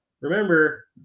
remember